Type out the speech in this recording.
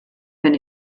wenn